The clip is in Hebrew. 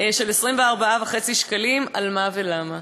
של 24.5 שקלים, על מה ולמה?